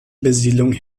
besiedlung